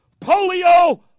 polio